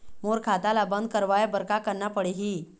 मोर खाता ला बंद करवाए बर का करना पड़ही?